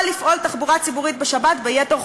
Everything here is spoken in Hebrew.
לפעול תחבורה ציבורית בשבת ביתר חופשיות.